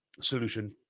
solution